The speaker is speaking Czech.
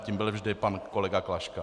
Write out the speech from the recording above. Tím byl vždy pan kolega Klaška.